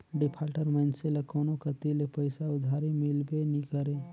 defaulter मइनसे ल कोनो कती ले पइसा उधारी मिलबे नी करे